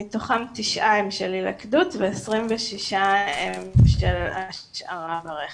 מתוכם תשעה הם של הילכדות ו-26 הם של השארה ברכב.